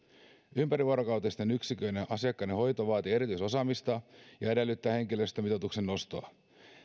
ympärivuorokautisten yksiköiden asiakkaiden hoito vaatii erityisosaamista ja edellyttää henkilöstömitoituksen nostoa